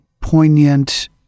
poignant